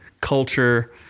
culture